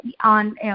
On